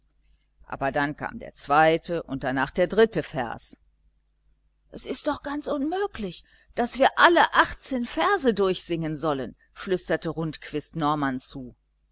aber dann kam der zweite und danach der dritte vers es ist doch ganz unmöglich daß wir alle achtzehn verse durchsingen sollen flüsterte rundquist norman zu